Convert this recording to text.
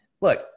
look